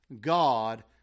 God